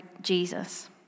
Jesus